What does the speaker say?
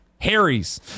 Harry's